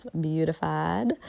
beautified